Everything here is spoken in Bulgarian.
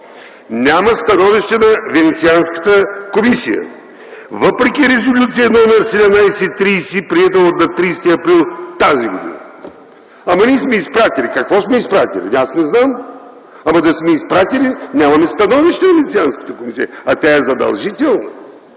няма становище на Венецианската комисия, въпреки Резолюция № 1730, приета на 30 април т.г. Ама ние сме изпратили. Какво сме изпратили? Аз не знам. Ама и да сме изпратили, нямаме становище на Венецианската комисия, а то е задължително,